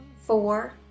four